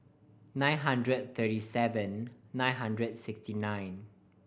nine hundred thirty seven nine hundred sixty nine